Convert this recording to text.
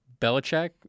Belichick